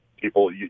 people –